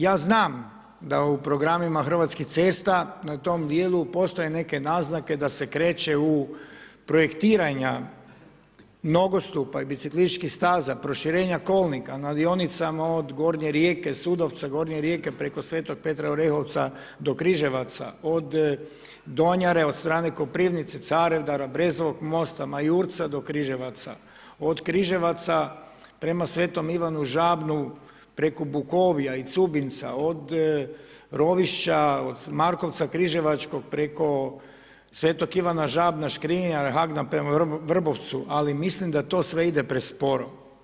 Ja znam da u programima Hrvatskih cesta na tom dijelu postoje neke naznake da se kreće u projektiranja nogostupa i biciklističkih staza, proširenja kolnika, na dionicama od Gornje Rijeke, Sudovca, Gornje Rijeke preko Svetog Petra Orehovca do Križevaca, od Donjare, od strane Koprivnice, Carevdara, Brezovog Mosta, Majurca do Križevaca, od Križevaca prema Sv. Ivanu Žabnu, preko Bukovja i Cuginca, od Rovišća, od Markovca Križevačkog preko Sv. Ivana Žabna, Škrinjara, Hagna prema Vrbovcu, ali mislim da to sve ide presporo.